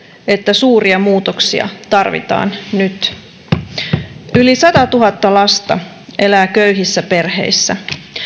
että suuria muutoksia tarvitaan nyt yli satatuhatta lasta elää köyhissä perheissä